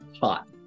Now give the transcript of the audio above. hot